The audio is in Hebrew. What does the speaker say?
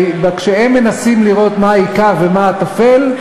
כשהם מנסים לראות מה העיקר ומה הטפל,